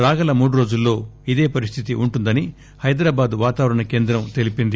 రాగల మూడు రోజుల్లో ఇదే పరిస్థితి ఉంటుందని హైదరాబాద్ వాతావరణ కేంద్రం తెలిపింది